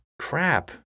crap